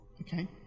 Okay